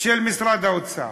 של משרד האוצר,